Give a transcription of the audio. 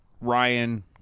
Ryan